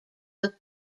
took